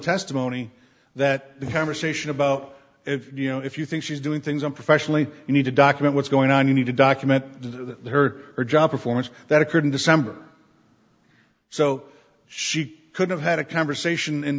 testimony that the conversation about you know if you think she's doing things on professionally you need to document what's going on you need to document the her her job performance that occurred in december so she could have had a conversation in